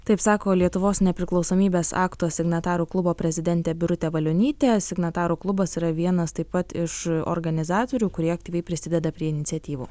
taip sako lietuvos nepriklausomybės akto signatarų klubo prezidentė birutė valionytė signatarų klubas yra vienas taip pat iš organizatorių kurie aktyviai prisideda prie iniciatyvų